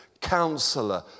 Counselor